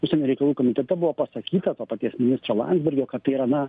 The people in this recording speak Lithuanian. užsienio reikalų komitete buvo pasakyta to paties ministro landsbergio kad tai yra na